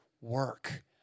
work